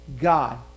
God